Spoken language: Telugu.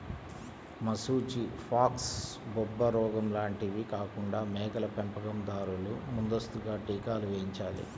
మశూచి, ఫాక్స్, బొబ్బరోగం లాంటివి రాకుండా మేకల పెంపకం దారులు ముందస్తుగా టీకాలు వేయించాలి